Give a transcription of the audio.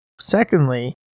secondly